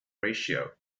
ratio